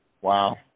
wow